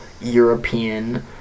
European